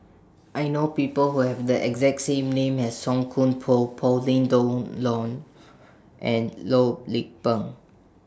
I know People Who Have The exact same name as Song Koon Poh Pauline Dawn Loh and Loh Lik Peng